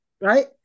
right